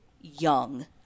young